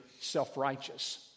self-righteous